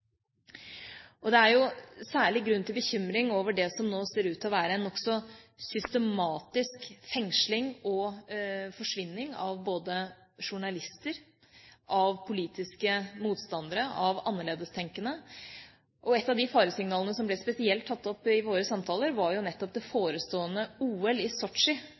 Det er særlig grunn til bekymring over det som nå ser ut til å være en nokså systematisk fengsling og forsvinning av både journalister, politiske motstandere og annerledestenkende. Et av de faresignalene som ble spesielt tatt opp i våre samtaler, var nettopp det forestående OL i